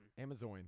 Amazon